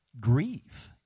grieve